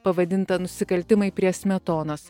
pavadintą nusikaltimai prie smetonos